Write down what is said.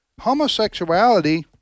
homosexuality